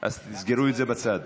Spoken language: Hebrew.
אז תסגרו את זה בצד.